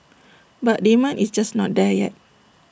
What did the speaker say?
but demand is just not there yet